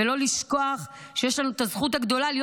ולא לשכוח שיש לנו את הזכות הגדולה להיות